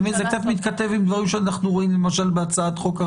זה קצת מתכתב עם דברים שאנחנו רואים למשל בהצעת חוק,